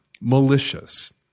malicious